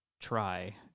try